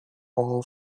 all